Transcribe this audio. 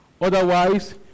Otherwise